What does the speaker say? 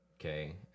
okay